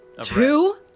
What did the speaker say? Two